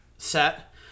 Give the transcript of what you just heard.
set